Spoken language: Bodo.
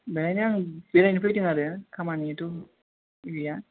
बेहायनो आङो बेरायनो फैदों आरो खामानिथ' गैया